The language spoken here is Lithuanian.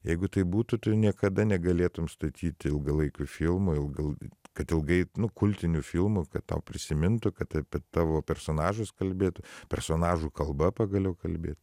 jeigu taip būtų tu niekada negalėtum statyti ilgalaikių filmų ilgal kad ilgai nu kultinių filmų kad tau prisimintų kad apie tavo personažus kalbėtų personažų kalba pagaliau kalbėt